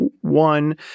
One